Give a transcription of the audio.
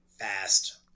Fast